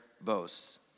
boasts